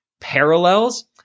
parallels